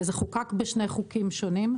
זה נחקק בשני חוקים שונים,